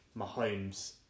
Mahomes